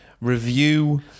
review